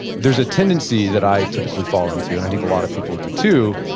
there's a tendency that i typically fall into, and i think a lot of people do, too,